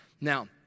Now